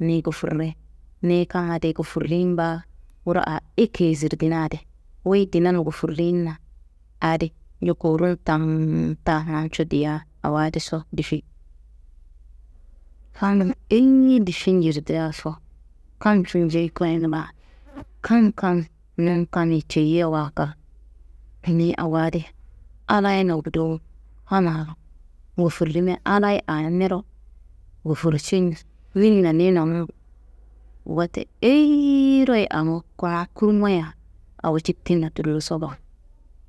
Niyi gofurre, niyi kam adi gofurrin baa, wuro aa ekeyi zirdina di, wuyi dinan gofurinna adi nju, koworrun tam taa namcu diya awo adiso difi. Hal eyiyi difi njirdeaso, kam kinjeyi koyin baa. Kam kam num kammi ceyiyawa kal, niyi awo adi Allahayina gudowo kammaro gufurrimia Allahayi aa niro gofurrcinrinna niyi nonumbu. Wote eyiyiro ye awo kuna kurmaya awo cittinna tulloso baa,